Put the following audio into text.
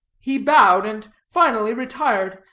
he bowed, and finally retired,